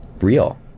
real